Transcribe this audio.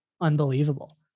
unbelievable